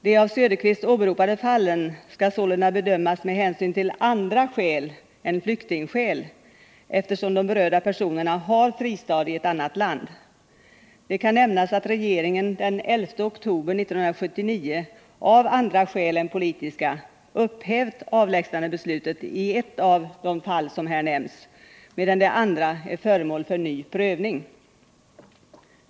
De av herr Söderqvist åberopade fallen skall sålunda bedömas med hänsyn till andra skäl än flyktingskäl, eftersom de berörda personerna har fristad i annat land. Det kan nämnas att regeringen den 11 oktober 1979 av andra skäl än politiska upphävt avlägsnandebeslutet i ett av de fall som här nämnts medan det andra är föremål för ny prövning.